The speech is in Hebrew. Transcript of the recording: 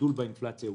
מהגידול באינפלציה הוא